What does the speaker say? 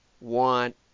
want